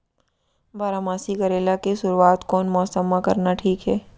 बारामासी करेला के शुरुवात कोन मौसम मा करना ठीक हे?